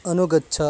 अनुगच्छ